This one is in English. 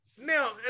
Now